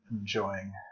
enjoying